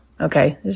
okay